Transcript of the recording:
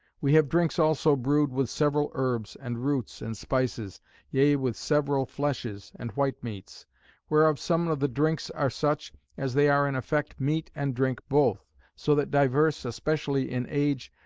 we have drinks also brewed with several herbs, and roots, and spices yea with several fleshes, and white-meats whereof some of the drinks are such, as they are in effect meat and drink both so that divers, especially in age,